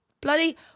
bloody